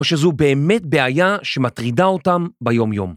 או שזו באמת בעיה שמטרידה אותם ביומיום.